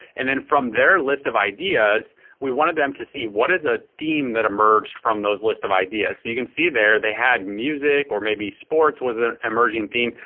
and then from their list of ideas we wanted them to see what is a theme that emerged from those list of ideas. so you can see they had music, or maybe sports was an emerging theme.